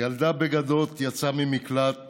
/ ילדה בגדות יצאה ממקלט